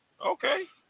Okay